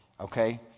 Okay